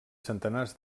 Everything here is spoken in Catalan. centenars